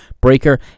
Breaker